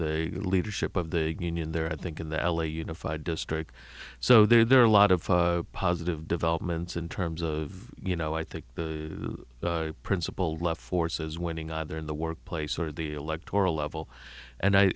the leadership of the union there i think in the l a unified district so there are a lot of positive developments in terms of you know i think the principal left forces winning either in the workplace sort of the electoral level and i